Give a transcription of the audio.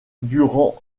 durant